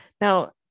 Now